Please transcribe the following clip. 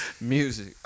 Music